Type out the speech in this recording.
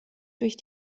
durch